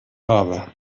habe